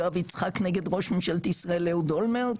יואב יצחק נגד ראש ממשלת ישראל אהוד אולמרט,